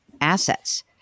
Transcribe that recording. assets